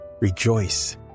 Rejoice